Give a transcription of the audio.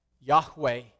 Yahweh